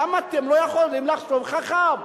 למה אתם לא יכולים לחשוב חכם?